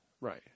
right